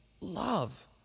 love